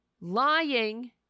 lying